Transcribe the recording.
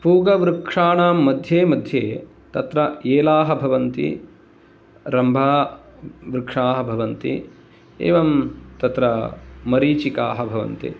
पूगवृक्षाणां मध्ये मध्ये तत्र एलाः भवन्ति रम्भा वृक्षाः भवन्ति एवं तत्र मरीचिकाः भवन्ति